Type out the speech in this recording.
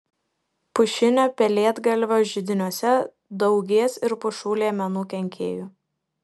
pušinio pelėdgalvio židiniuose daugės ir pušų liemenų kenkėjų